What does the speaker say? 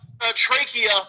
trachea